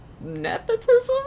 nepotism